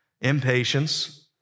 impatience